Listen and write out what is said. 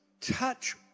touch